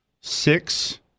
Six